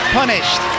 punished